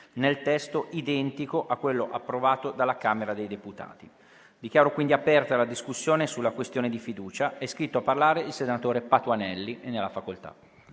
nel testo identico a quello approvato dalla Camera dei deputati. Dichiaro aperta la discussione sulla questione di fiducia. È iscritto a parlare il senatore Patuanelli. Ne ha facoltà.